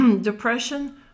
depression